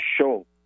show